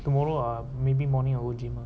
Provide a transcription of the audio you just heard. tomorrow ah maybe morning our gym